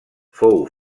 fou